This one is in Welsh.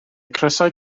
crysau